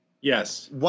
Yes